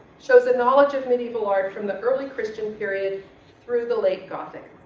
shows a knowledge of medieval art from the early christian period through the late gothic.